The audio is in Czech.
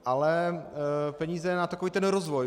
Ale peníze na takový ten rozvoj.